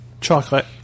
chocolate